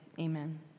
amen